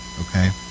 Okay